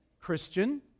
Christian